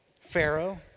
Pharaoh